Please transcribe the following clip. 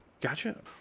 Gotcha